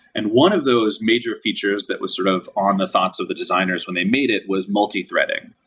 and one of those major features that was sort of on the thoughts of the designers when they made it was multithreading.